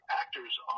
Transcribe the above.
actors